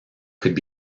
could